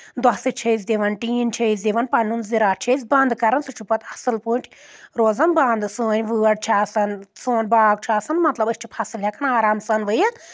دۄسہٕ چھِ أسۍ دِوان ٹیٖن چھِ أسۍ دِوان پنُن زِراعت چھِ أسۍ بنٛد کران سُہ چھُ پتہٕ اَصٕل پٲٹھۍ روزان بنٛد سٲنۍ وٲر چھِ آسان سون باغ چھُ آسان مطلب أسۍ چھِ فصل ہؠکان آرام سان ؤوِیِتھ